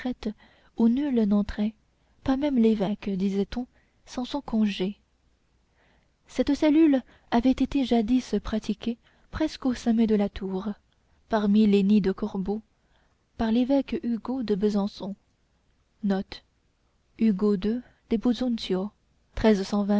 nul n'entrait pas même l'évêque disait-on sans son congé cette cellule avait été jadis pratiquée presque au sommet de la tour parmi les nids de corbeaux par l'évêque hugo de besançon